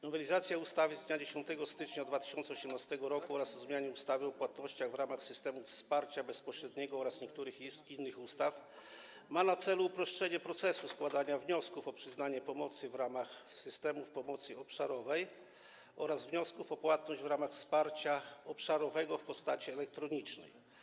Nowelizacja ustawy z dnia 10 stycznia 2018 r. o zmianie ustawy o płatnościach w ramach systemów wsparcia bezpośredniego oraz niektórych innych ustaw ma na celu uproszczenie procesu składania wniosków o przyznanie pomocy w ramach systemów pomocy obszarowej oraz wniosków o płatność w ramach wsparcia obszarowego w postaci elektronicznej.